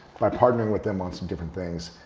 by partnering with them on some different things,